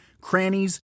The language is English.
crannies